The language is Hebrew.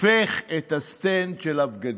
הופך את הסטנד של הבגדים,